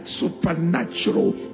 supernatural